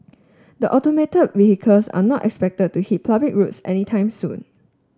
the automated vehicles are not expected to hit public roads anytime soon